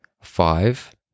five